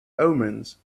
omens